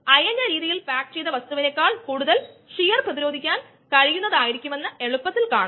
നമുക്ക് ഡാറ്റ ഉള്ളപ്പോൾ ആവശ്യമായ പാരാമീറ്ററുകൾ ലഭിക്കുന്നതിന് നമ്മൾ സമ്പൂർണ്ണ ഡാറ്റ ഉപയോഗിക്കേണ്ടതുണ്ട് ഇത് പരീക്ഷണാത്മക ഡാറ്റയാണ്